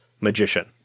magician